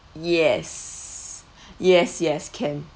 yes yes yes can